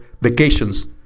vacations